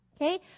Okay